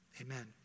Amen